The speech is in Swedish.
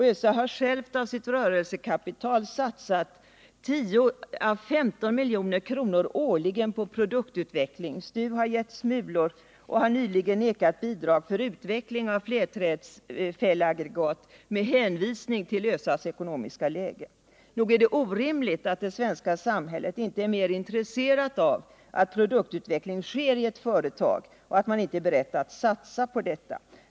ÖSA har självt av sitt rörelsekapital satsat 10.å 15 milj.kr. årligen på produktutveckling. STU har givit smulor och har nyligen nekat bidrag för utveckling av flerträdfällsaggregat med hänvisning till ÖSA:s ekonomiska läge. Nog är det orimligt att det svenska samhället inte är mer intresserat av att produktutveckling sker i ett företag och att man inte är beredd att satsa på detta.